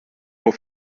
auf